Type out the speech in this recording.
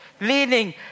leaning